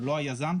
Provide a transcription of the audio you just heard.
ולא היזם,